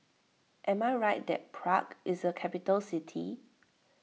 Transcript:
am I right that Prague is a capital city